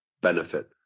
benefit